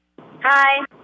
Hi